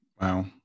Wow